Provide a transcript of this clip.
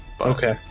Okay